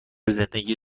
زندگی